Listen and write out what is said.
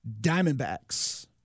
Diamondbacks